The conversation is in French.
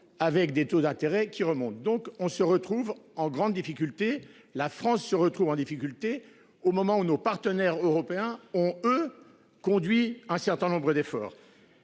avec des taux d'intérêt qui remonte donc on se retrouve en grande difficulté. La France se retrouve en difficulté au moment où nos partenaires européens ont eux conduit un certain nombre d'efforts.